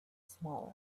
smaller